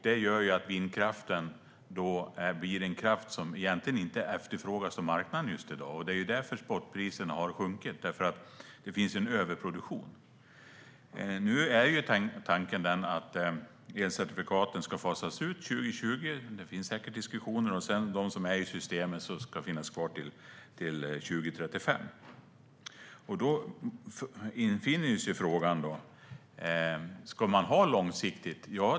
Det gör att vindkraften blir en kraft som egentligen inte efterfrågas av marknaden i dag. Det är därför som spotpriserna har sjunkit. Det finns en överproduktion. Nu är tanken den att elcertifikaten ska fasas ut 2020. Det finns säkert diskussioner om det. De som är kvar i systemet ska finnas kvar till 2035. Då infinner sig frågan: Ska man ha det långsiktigt?